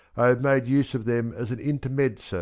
i have made use of them as an intermezzo,